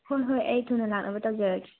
ꯍꯣꯏ ꯍꯣꯏ ꯑꯩ ꯊꯨꯅ ꯂꯥꯛꯅꯕ ꯇꯧꯖꯔꯒꯦ